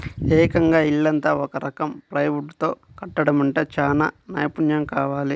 ఏకంగా ఇల్లంతా ఒక రకం ప్లైవుడ్ తో కట్టడమంటే చానా నైపున్నెం కావాలి